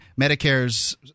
Medicare's –